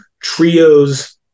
trios